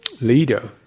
leader